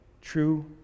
true